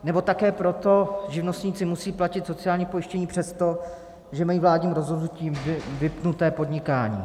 Nebo také proto živnostníci musí platit sociální pojištění přesto, že mají vládním rozhodnutím vypnuté podnikání.